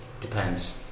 Depends